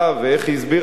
איך היא הסבירה לנו?